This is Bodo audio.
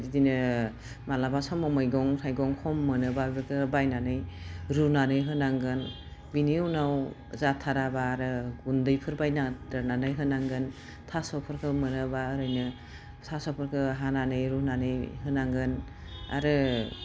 बिदिनो मालाबा समाव मैगं थाइगं खम मोनोबा बेखौ बायनानै रुनानै होनांगोन बिनि उनाव जाथाराबा आरो गुन्दैफोर बायना दोननानै होनांगोन थास'फोरखौ मोनोबा ओरैनो थास'फोरखौ हानानै रुनानै होनांगोन आरो